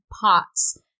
pots